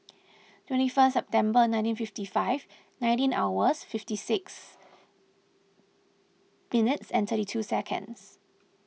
twenty first September nineteen fifty five nineteen hours fifty six minutes and thirty two seconds